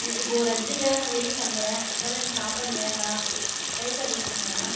ஏ இப்போது ஒரு அர்ஜென்டாக நான் வெளியே கிளம்புறேன் அதனால் எனக்கு சாப்பாடு வேண்டாம் பைசா கொடுத்துருங்களேண்ணா